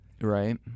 right